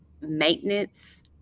maintenance